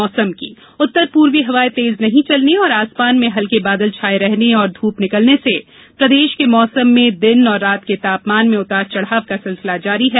मौसम उत्तर पूर्वी हवाए तेज नहीं चलने और आसमान में हल्के बादल छाये रहने और ध्रप निकलने से प्रदेश के मौसम में दिन और रात के तापमान में उतार चढ़ाव का सिलसिला जारी है